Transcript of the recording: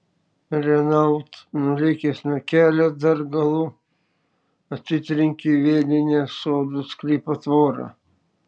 renault nulėkęs nuo kelio dar galu atsitrenkė į vielinę sodo sklypo tvorą